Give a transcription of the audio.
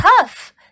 tough